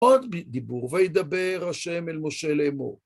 עוד דיבור, וידבר השם אל משה לאמור